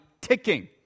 ticking